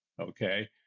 okay